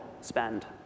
spend